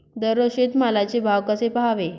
दररोज शेतमालाचे भाव कसे पहावे?